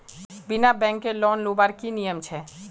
बिना बैंकेर लोन लुबार की नियम छे?